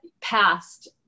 past